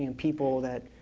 and people that,